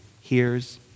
hears